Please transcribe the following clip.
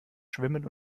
schwimmen